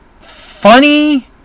funny